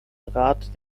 draht